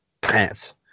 pants